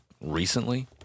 recently